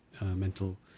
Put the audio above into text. Mental